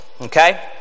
Okay